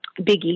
Biggie